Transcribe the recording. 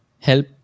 help